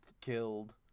killed